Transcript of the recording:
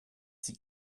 sie